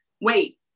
wait